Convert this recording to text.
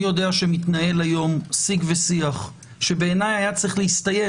אני יודע שמתנהל היום שיג ושיח שבעיניי היה צריך להסתיים